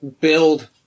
build